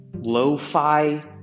lo-fi